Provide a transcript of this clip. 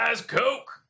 Coke